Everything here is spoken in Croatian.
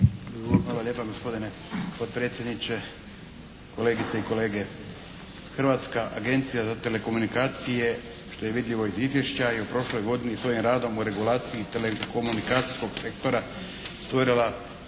Hvala lijepa gospodine potpredsjedniče, kolegice i kolege. Hrvatska agencija za telekomunikacije što je vidljivo iz izvješća i u prošloj godini i svojim radom u regulaciji telekomunikacijskog sektora stvorila